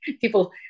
People